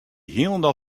hielendal